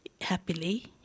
happily